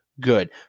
good